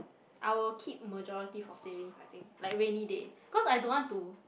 I will keep majority for savings I think like rainy day cause I don't want to